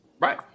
Right